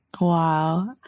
Wow